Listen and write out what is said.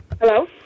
Hello